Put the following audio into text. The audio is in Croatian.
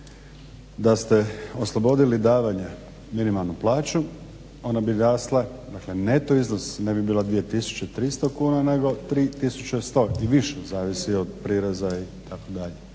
da ste oslobodili davanja minimalnu plaću ona bi rasla, dakle neto iznos, ne bi bila 2300 kuna nego 3100 i više, zavisi od prireza itd.